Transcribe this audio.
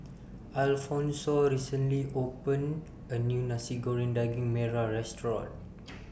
Alphonso recently opened A New Nasi Goreng Daging Merah Restaurant